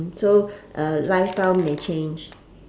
so life style may change